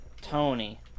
Tony